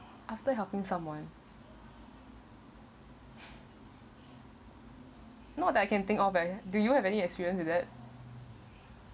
after helping someone not that I can think of eh do you have any experience with that